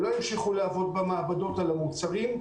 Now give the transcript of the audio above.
לא המשיכו לעבוד במעבדות על המוצרים,